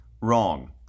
Wrong